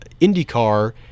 IndyCar